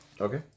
Okay